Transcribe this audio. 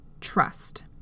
trust